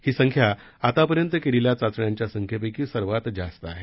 ही संख्या आतापर्यंत केलेल्या चाचण्यांच्या संख्येपैकी सर्वात जास्त आहे